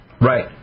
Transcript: Right